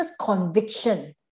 conviction